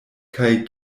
kaj